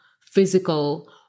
physical